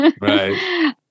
Right